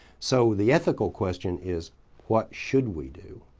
so the ethical question is what should we do?